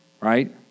right